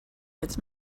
its